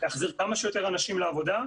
להחזיר כמה שיותר אנשים לעבודה.